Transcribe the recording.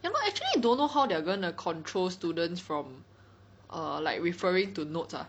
ya lor actually don't know how they're gonna control students from err like referring to notes ah